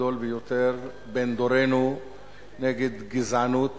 הגדול ביותר בן דורנו נגד גזענות